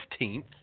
15th